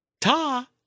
Ta